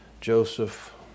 Joseph